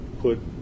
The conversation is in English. put